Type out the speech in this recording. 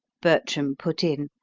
bertram put in,